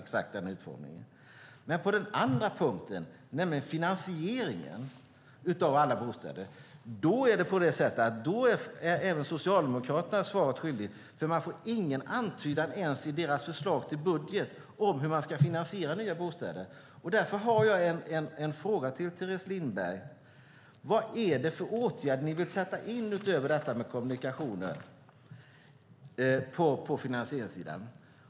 Men på den andra punkten, nämligen finansieringen av alla bostäder, är även Socialdemokraterna svaret skyldiga, för man får ingen antydan ens i deras förslag till budget om hur de ska finansiera nya bostäder. Därför har jag en fråga till Teres Lindberg: Vilka åtgärder vill ni sätta in utöver detta med kommunikationer på finansieringssidan?